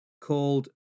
called